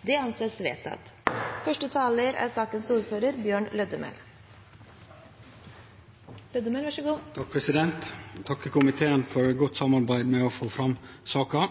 Det anses vedtatt. Eg vil takke komiteen for godt samarbeid med å få fram saka.